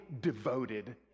devoted